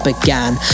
Began